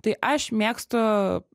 tai aš mėgstu